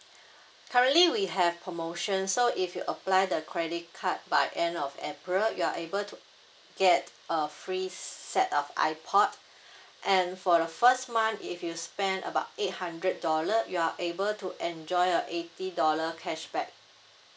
currently we have promotion so if you apply the credit card by end of april you are able to get uh free set of ipod and for the first month if you spent about eight hundred dollar you are able to enjoy a eighty dollar cashback